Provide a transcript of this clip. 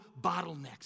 bottlenecks